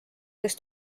kes